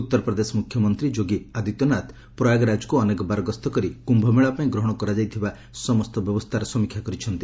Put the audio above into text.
ଉତ୍ତରପ୍ରଦେଶ ମୁଖ୍ୟମନ୍ତ୍ରୀ ଯୋଗୀ ଆଦିତ୍ୟନାଥ ପ୍ରୟାଗରାଜକୁ ଅନେକବାର ଗସ୍ତ କରି କ୍ୟୁମେଳା ପାଇଁ ଗ୍ରହଣ କରାଯାଇଥିବା ସମସ୍ତ ବ୍ୟବସ୍ଥାର ସମୀକ୍ଷା କରିଛନ୍ତି